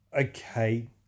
okay